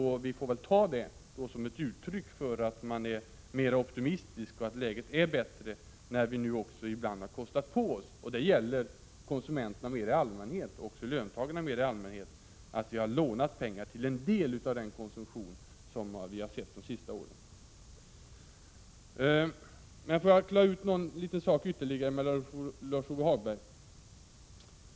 Vi får väl ta det som ett uttryck för att vi är mer optimistiska och att läget är bättre, när vi nu ibland har kostat på oss — det gäller konsumenterna mer i allmänhet och även löntagarna mer i allmänhet — att låna pengar till en del av vår konsumtion de senaste åren. Låt mig klara ut ytterligare en liten sak med Lars-Ove Hagberg.